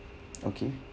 okay